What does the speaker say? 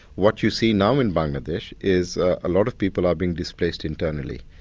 what you see now in bangladesh is a lot of people are being displaced internally.